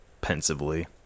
pensively